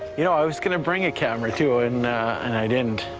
you know, i was gonna bring a camera, too, and and i didn't.